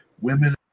women